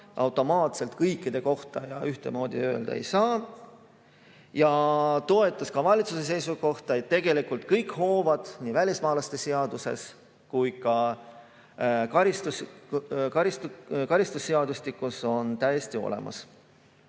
automaatselt kõikide kohta ja ühtemoodi öelda ei saa. Tema toetas ka valitsuse seisukohta, et tegelikult kõik hoovad nii välismaalaste seaduses kui ka karistusseadustikus on täiesti olemas.